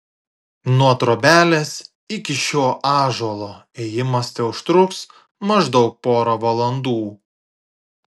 nuo trobelės iki šio ąžuolo ėjimas teužtruks maždaug porą valandų